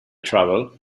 travel